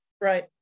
Right